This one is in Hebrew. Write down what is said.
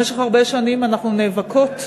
במשך הרבה שנים אנחנו נאבקות ונאבקים,